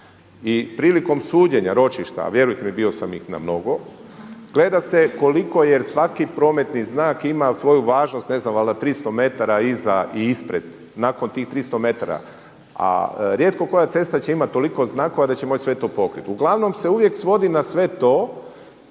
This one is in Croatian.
I prilikom suđenja ročišta, a vjerujte mi bio sam ih na mnogo gleda se koliko jer svaki prometni znak ima svoju važnost, ne znam valjda 300 metara iza i ispred. Nakon tih 300 m, a rijetko koja cesta će imati toliko znakova da će moći to sve pokriti. Uglavnom se uvijek svodi na sve to